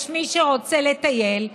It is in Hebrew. יש מי שרוצה לטייל,